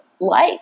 life